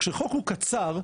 כשחוק הוא קצר,